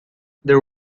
there